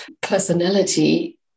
personality